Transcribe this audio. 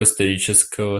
исторического